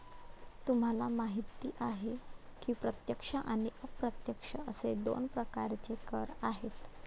तुम्हाला माहिती आहे की प्रत्यक्ष आणि अप्रत्यक्ष असे दोन प्रकारचे कर आहेत